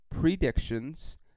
predictions